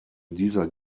dieser